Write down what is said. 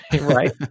right